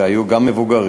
והיו גם מבוגרים.